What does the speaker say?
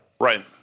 Right